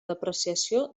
depreciació